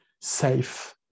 safe